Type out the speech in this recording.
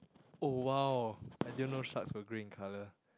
oh !wow! I didn't know sharks were grey in colour